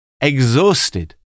exhausted